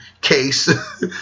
case